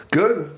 good